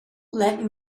let